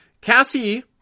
Cassie